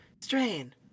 Strain